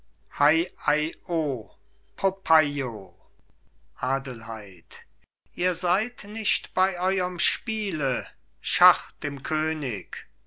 popeio adelheid ihr seid nicht bei eurem spiele schach dem könig